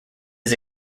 his